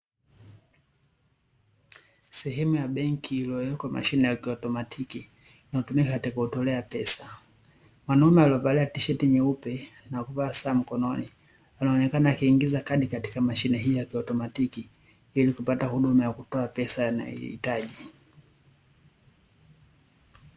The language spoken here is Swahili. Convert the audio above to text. Sehemu ya benki iliyowekwa mashine ya kiautomatiki, inayotumika katika kutolea pesa. Mwanaume aliyevalia tisheti nyeupe na kuvaa saa mkononi, anaonekana akiingiza kazi katika mashine hii ya kiautomatiki, ili kupata huduma ya kutoa pesa anayoihitaji.